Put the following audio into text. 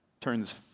turns